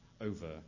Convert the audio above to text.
over